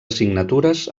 assignatures